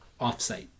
offsite